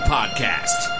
Podcast